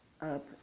up